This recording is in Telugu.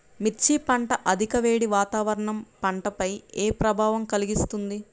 మిర్చి పంట అధిక వేడి వాతావరణం పంటపై ఏ ప్రభావం కలిగిస్తుంది?